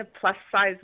plus-size